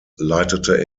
leitete